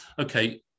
okay